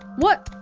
what?